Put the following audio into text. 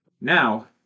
Now